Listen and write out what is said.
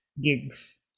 gigs